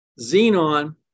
xenon